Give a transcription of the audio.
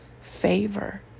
favor